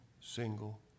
single